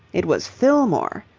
it was fillmore,